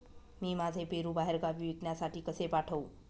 मी माझे पेरू बाहेरगावी विकण्यासाठी कसे पाठवू?